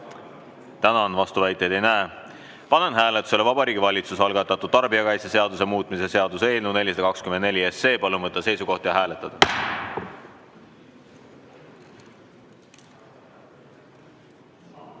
Tänan! Vastuväiteid ei näe. Panen hääletusele Vabariigi Valitsuse algatatud tarbijakaitseseaduse muutmise seaduse eelnõu 424. Palun võtta seisukoht ja hääletada!